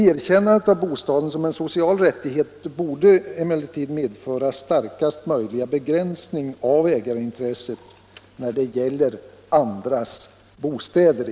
Erkännandet av bostaden som en social rättighet borde emellertid medföra starkast möjliga begränsning av ägarintresset när det gäller andras bostäder.